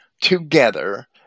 together